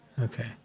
Okay